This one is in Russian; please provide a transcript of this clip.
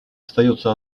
остается